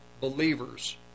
believers